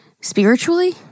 spiritually